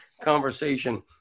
conversation